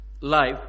life